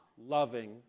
loving